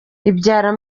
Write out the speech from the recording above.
ibyara